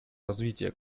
развитие